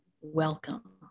Welcome